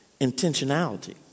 intentionality